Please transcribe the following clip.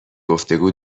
گفتگو